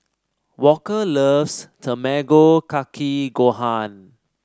Walker loves Tamago Kake Gohan